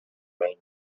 rain